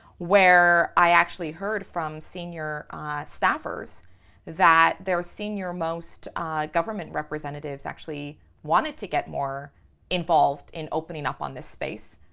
where i actually heard from senior staffers that their senior-most government representatives actually wanted to get more involved in opening up on this space.